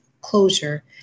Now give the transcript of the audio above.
closure